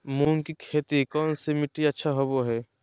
मूंग की खेती कौन सी मिट्टी अच्छा होबो हाय?